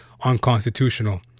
unconstitutional